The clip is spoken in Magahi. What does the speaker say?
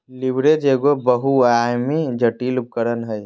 लीवरेज एगो बहुआयामी, जटिल उपकरण हय